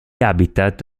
habitat